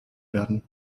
werden